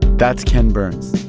that's ken burns.